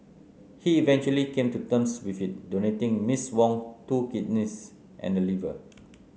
he eventually came to terms with it donating Miss Wong's two kidneys and liver